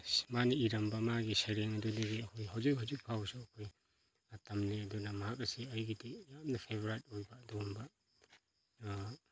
ꯃꯥꯅ ꯏꯔꯝꯕ ꯃꯥꯒꯤ ꯁꯩꯔꯦꯡ ꯑꯗꯨꯗꯒꯤ ꯑꯩꯈꯣꯏ ꯍꯧꯖꯤꯛ ꯍꯧꯖꯤꯛ ꯐꯥꯎꯁꯨ ꯑꯩꯈꯣꯏ ꯇꯝꯂꯤ ꯑꯗꯨꯅ ꯃꯍꯥꯛ ꯑꯁꯤ ꯑꯩꯒꯤꯗꯤ ꯌꯥꯝꯅ ꯐꯦꯚꯣꯔꯥꯏꯠ ꯑꯣꯏꯕ ꯑꯗꯨꯒꯨꯝꯕ